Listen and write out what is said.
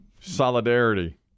Solidarity